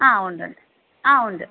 ആ ഉണ്ട് ഉണ്ട് ആ ഉണ്ട്